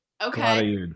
Okay